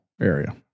area